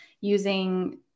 using